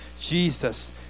Jesus